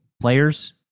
players